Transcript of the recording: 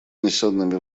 внесенными